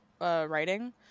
writing